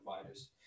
providers